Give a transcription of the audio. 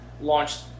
launched